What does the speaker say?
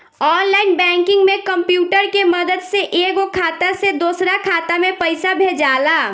online banking में computer के मदद से एगो खाता से दोसरा खाता में पइसा भेजाला